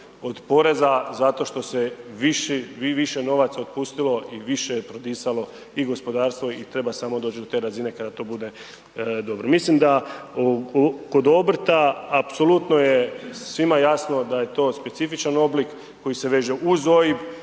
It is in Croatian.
od poreza zato što se više novaca otpustilo i više je prodisalo i gospodarstvo i treba samo doć do te razine kada to bude dobro. Mislim da kod obrta apsolutno je svima jasno da je to specifičan oblik koji se veže uz OIB,